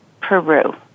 Peru